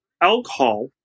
alcohol